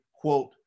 quote